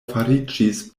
fariĝis